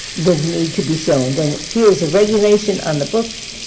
would need to be shown than here's regulation on the books,